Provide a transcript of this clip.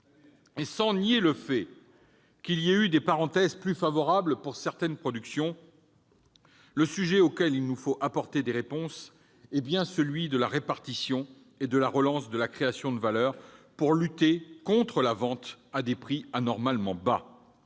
! Sans nier qu'il y ait eu des parenthèses plus favorables pour certaines productions, le sujet auquel il nous faut apporter des réponses est bien celui de la répartition et de la relance de la création de valeur, pour lutter contre la vente à des prix anormalement bas.